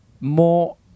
more